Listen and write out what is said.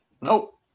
Nope